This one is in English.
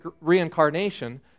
reincarnation